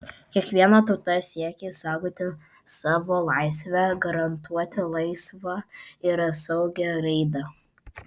kiekviena tauta siekia išsaugoti savo laisvę garantuoti laisvą ir saugią raidą